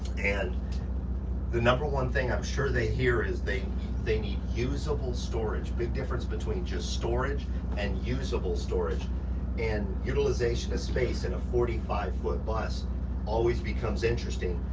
and the number one thing i'm sure they hear is they they need usable big difference between just storage and usable storage and utilization of space in a forty five foot bus always becomes interesting.